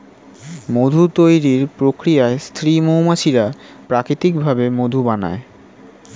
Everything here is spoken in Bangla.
মধু তৈরির প্রক্রিয়ায় স্ত্রী মৌমাছিরা প্রাকৃতিক ভাবে মধু বানায়